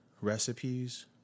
recipes